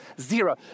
zero